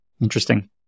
Interesting